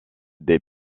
des